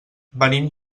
venim